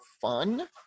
fun